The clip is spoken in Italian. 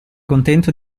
contento